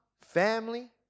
family